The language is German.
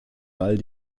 ball